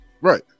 right